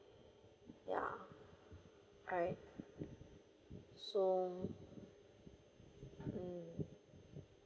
ya alright so um